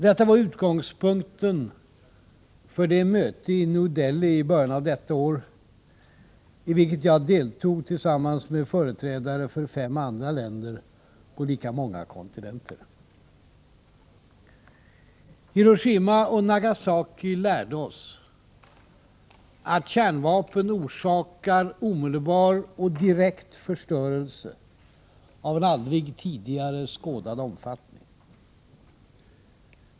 Detta var utgångspunkten för det möte i New Delhi i början av detta år, i vilket jag deltog tillsammans med företrädare för fem andra länder på lika många kontinenter. Hiroshima och Nagasaki lärde oss att kärnvapen orsakar omedelbar och direkt förstörelse av en aldrig tidigare skådad omfattning.